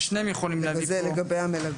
ששניהם יכולים להביא פה הקצאות.